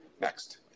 Next